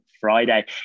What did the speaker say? Friday